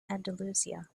andalusia